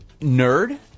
nerd